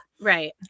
Right